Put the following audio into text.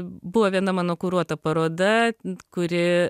buvo viena mano kuruota paroda kuri